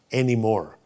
anymore